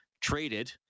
traded